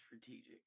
strategic